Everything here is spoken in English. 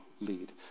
lead